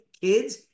kids